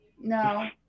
No